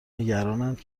نگرانند